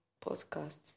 podcasts